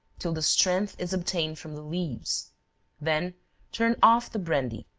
till the strength is obtained from the leaves then turn off the brandy,